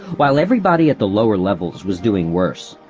while everybody at the lower levels was doing worse,